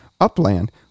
Upland